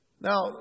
Now